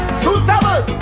suitable